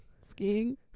Skiing